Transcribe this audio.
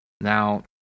Now